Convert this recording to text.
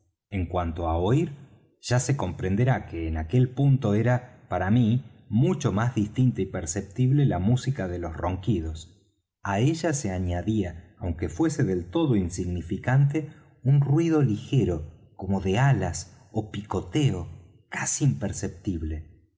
en cuanto á oir ya se comprenderá que en aquel punto era para mí mucho más distinta y perceptible la música de los ronquidos á ella se añadía aunque fuese del todo insignificante un ruido ligero como de alas ó picoteo casi imperceptible